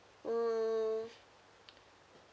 mm